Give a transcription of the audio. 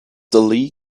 lee